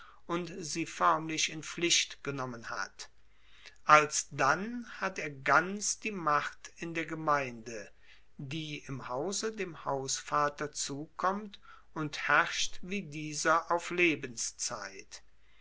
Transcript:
und sie foermlich in pflicht genommen hat alsdann hat er ganz die macht in der gemeinde die im hause dem hausvater zukommt und herrscht wie dieser auf lebenszeit